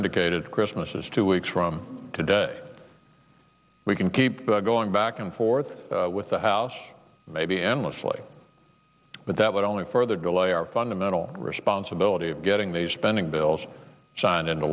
indicated christmas is two weeks from today we can keep going back and forth with the house maybe endlessly but that would only further delay our fundamental responsibility of getting these spending bills signed into